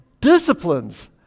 disciplines